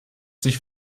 sich